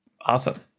Awesome